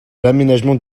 l’aménagement